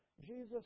Jesus